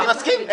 אני מסכים.